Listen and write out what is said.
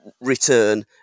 return